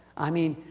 i mean,